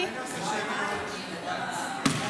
וצריך לשים את הדברים על